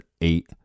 eight